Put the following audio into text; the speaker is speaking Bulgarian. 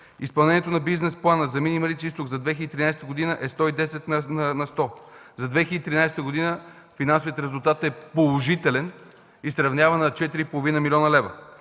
Изпълнението на Бизнес плана за „Мини Марица изток” за 2013 г. е 110 на сто. За 2013 г. финансовият резултат е положителен и се равнява на 4,5 млн. лв.